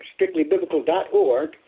StrictlyBiblical.org